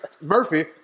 Murphy